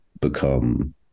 become